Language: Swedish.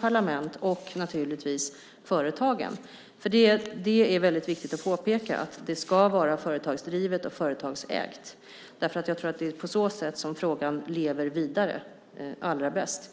parlament och naturligtvis företag. Det är väldigt viktigt att påpeka att detta ska vara företagsdrivet och företagsägt, därför att jag tror att det är på så sätt som frågan lever vidare allra bäst.